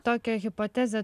tokia hipotezė